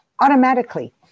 automatically